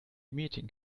meeting